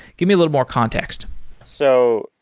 give me a little more context so